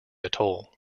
atoll